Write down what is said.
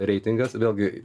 reitingas vėlgi